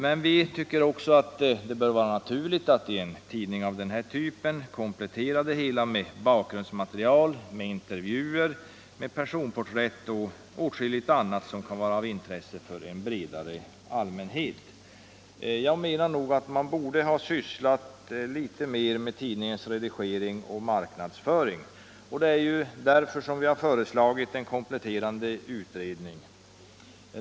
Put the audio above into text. Men vi tycker också att det bör vara naturligt att i en tidning av denna typ komplettera innehållet med bakgrundsmaterial, intervjuer, personporträtt och åtskilligt annat som kan vara av intresse för en bredare allmänhet. Vi menar nog att utredningen borde ha sysslat mer med frågan om tidningens redigering och marknadsföring. Det är därför som vi har föreslagit en kompletterande utredning.